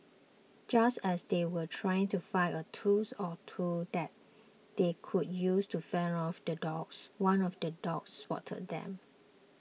just as they were trying to find a tools or two that they could use to fend off the dogs one of the dogs spotted them